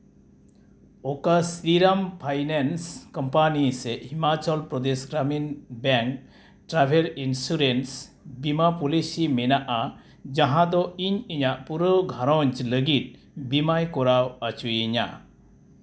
ᱚᱠᱟ Shriram finance company ᱥᱮ Himachal Pradesh Gramin bank travel insurance ᱵᱤᱢᱟ ᱯᱚᱞᱤᱥᱤ ᱢᱮᱱᱟᱜᱼᱟ ᱡᱟᱦᱟᱸ ᱫᱚ ᱤᱧ ᱤᱧᱟᱹᱜ ᱯᱩᱨᱟᱹ ᱜᱷᱟᱨᱚᱸᱡᱽ ᱞᱟᱹᱜᱤᱫ ᱵᱤᱢᱟᱭ ᱠᱚᱨᱟᱣ ᱚᱪᱚᱭᱤᱧᱟ